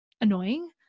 annoying